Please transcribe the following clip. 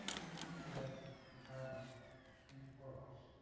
i came out of that impairment and it works.